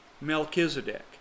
Melchizedek